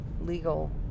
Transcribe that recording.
legal